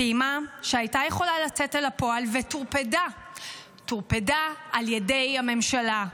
פעימה שהייתה יכולה לצאת אל הפועל וטורפדה על ידי הממשלה.